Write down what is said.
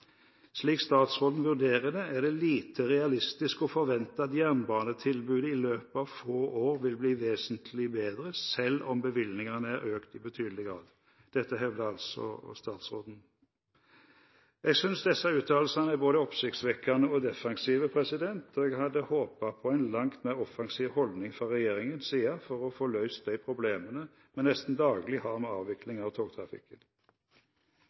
Slik statsråden vurderer det, er det lite realistisk å forvente at jernbanetilbudet i løpet av få år vil bli vesentlig bedre selv om bevilgningene er økt i betydelig grad. Dette hevdet altså statsråden. Jeg synes disse uttalelsene er både oppsiktsvekkende og defensive, og jeg hadde håpet på en langt mer offensiv holdning fra regjeringens side for å få løst de problemene vi nesten daglig har med avviklingen av togtrafikken.